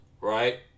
right